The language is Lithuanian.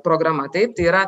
programa taip tai yra